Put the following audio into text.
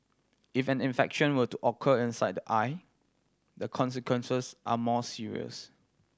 if an infection were to occur inside the eye the consequences are more serious